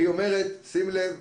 היא אומרת: שים לב,